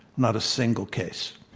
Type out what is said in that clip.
not a single case.